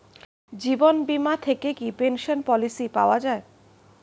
জীবন বীমা থেকে কি পেনশন পলিসি পাওয়া যায়?